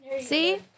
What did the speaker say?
See